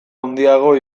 handiago